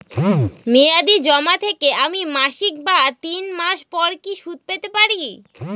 মেয়াদী জমা থেকে আমি মাসিক বা তিন মাস পর কি সুদ পেতে পারি?